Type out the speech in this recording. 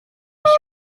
nicht